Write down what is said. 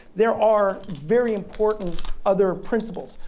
there are very important other principles,